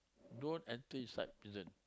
don't until you start prison